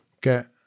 get